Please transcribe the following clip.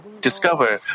discover